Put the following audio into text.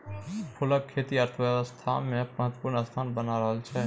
फूलक खेती अर्थव्यवस्थामे महत्वपूर्ण स्थान बना रहल छै